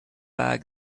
bag